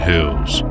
Hills